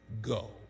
go